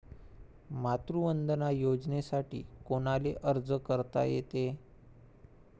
मातृवंदना योजनेसाठी कोनाले अर्ज करता येते?